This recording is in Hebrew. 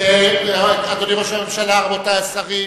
אדוני ראש הממשלה, רבותי השרים,